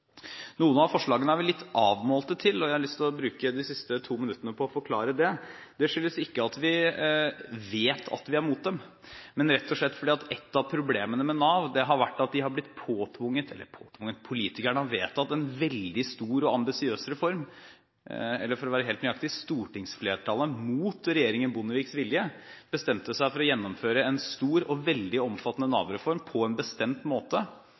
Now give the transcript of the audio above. Noen av forslagene er vi litt avmålte til, og jeg har lyst til å bruke de siste to minuttene på å forklare det. Det skyldes ikke at vi vet at vi er mot dem, men rett og slett at et av problemene med Nav har vært at de har blitt påtvunget – politikerne har vedtatt – en veldig stor og ambisiøs reform – eller for å være helt nøyaktig: Stortingsflertallet bestemte seg, mot regjeringen Bondeviks vilje, for å gjennomføre en stor og veldig omfattende Nav-reform på en bestemt måte,